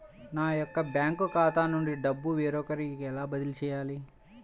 నా యొక్క బ్యాంకు ఖాతా నుండి డబ్బు వేరొకరికి ఎలా బదిలీ చేయాలి?